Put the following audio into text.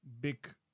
big